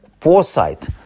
foresight